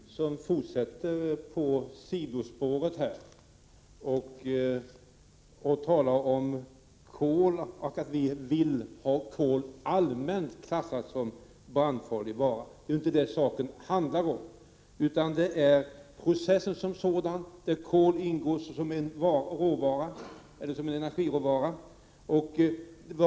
Herr talman! Rune Jonsson fortsätter på sidospåret och talar om att vi allmänt vill ha kol klassat som brandfarlig vara. Det är inte det saken handlar om, utan det är processen som sådan, där kol ingår som en energiråvara.